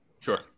Sure